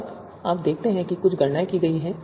अब आप देखते हैं कि कुछ गणनाएँ की गई हैं